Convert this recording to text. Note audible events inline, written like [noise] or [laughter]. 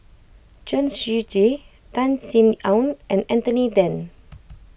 Chen Shiji Tan Sin Aun and Anthony then [noise]